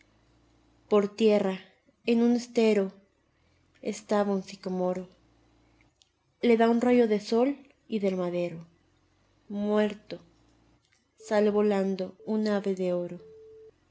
por tierra en un estero estaba un sicomoro le da un rayo de sol y del madero muerto sale volando un ave de oro p